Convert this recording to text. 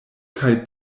kaj